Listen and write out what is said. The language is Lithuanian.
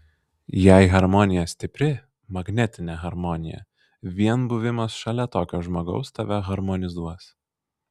jei harmonija stipri magnetinė harmonija vien buvimas šalia tokio žmogaus tave harmonizuos